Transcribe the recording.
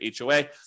HOA